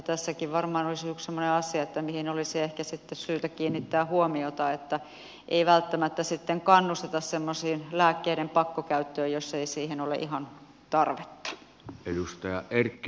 tässäkin varmaan olisi yksi semmoinen asia mihin olisi ehkä sitten syytä kiinnittää huomiota niin että ei välttämättä sitten kannusteta semmoiseen lääkkeiden pakkokäyttöön jos ei siihen ole ihan tarvetta